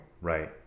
Right